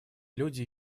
люди